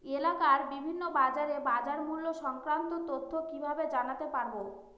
এলাকার বিভিন্ন বাজারের বাজারমূল্য সংক্রান্ত তথ্য কিভাবে জানতে পারব?